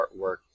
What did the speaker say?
artwork